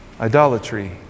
idolatry